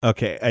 Okay